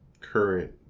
current